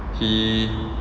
he